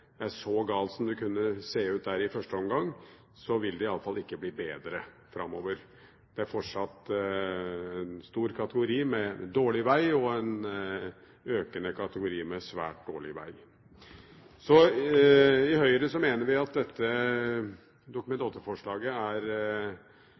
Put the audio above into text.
er så galt som det kunne se ut i første omgang, vil det iallfall ikke bli bedre framover. Det er fortsatt en stor kategori med dårlig veg og en økende kategori med svært dårlig veg. I Høyre mener vi at dette Dokument